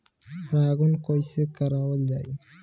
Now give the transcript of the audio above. परागण कइसे करावल जाई?